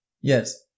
Yes